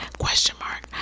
question mark.